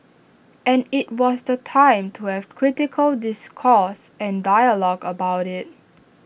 and IT was the time to have critical discourse and dialogue about IT